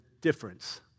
difference